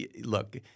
Look